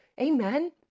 Amen